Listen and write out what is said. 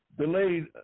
Delayed